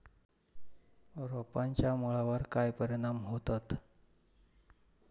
रोपांच्या मुळावर काय परिणाम होतत?